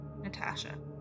Natasha